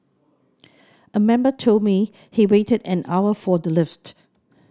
a member told me he waited an hour for the lift